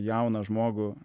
jauną žmogų